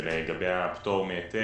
והפטור מהיטל